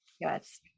Yes